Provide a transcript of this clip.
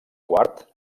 quart